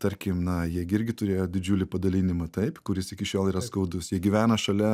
tarkim na jie gi irgi turėjo didžiulį padalinimą taip kuris iki šiol yra skaudus jie gyvena šalia